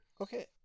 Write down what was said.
Okay